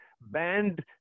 banned